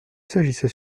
s’agissait